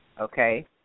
okay